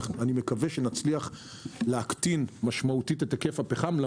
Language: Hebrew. אני מקווה שנצליח להקטין משמעותית את היקף הפחם שעוד נייצר,